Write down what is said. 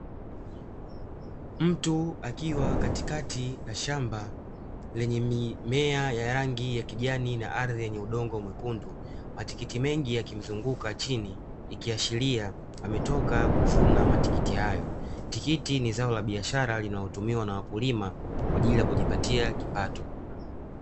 Mtu akiwa katikati ya shamba lenye mimea ya rangi ya kijani na ardhi yenye udongo mwekundu. Matikiti mengi yakimzunguka chini ikiashiria ametoka kuvuna matikiti hayo. Tikiti ni zao la biashara linalotumiwa na wakulima kwa ajili ya kujipatia kipato.